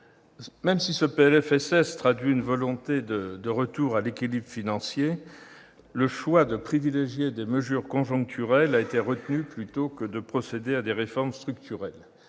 sociale traduit une volonté de retour à l'équilibre financier, le choix de privilégier des mesures conjoncturelles a été retenu au détriment de réformes structurelles.